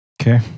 Okay